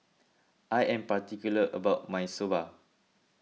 I am particular about my Soba